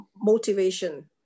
motivation